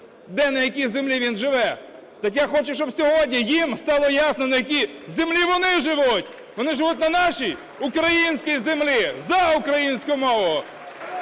де, на якій землі він живе. Так я хочу, щоб сьогодні їм стало ясно, на якій землі вони живуть – вони живуть на нашій українській землі! За українську мову!